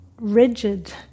rigid